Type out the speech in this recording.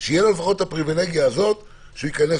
שלפחות תהיה לו הפריבילגיה הזו שייכנס